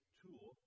tool